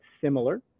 similar